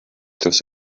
dros